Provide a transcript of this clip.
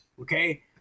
Okay